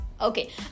Okay